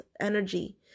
energy